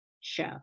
show